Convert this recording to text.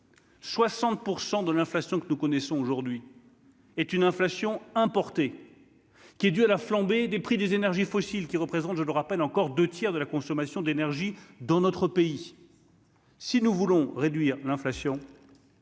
100 de l'inflation que nous connaissons aujourd'hui est une inflation importée qui est due à la flambée des prix des énergies fossiles qui représentent, je le rappelle encore 2 tiers de la consommation d'énergie dans notre pays. Si nous voulons réduire l'inflation,